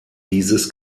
dieses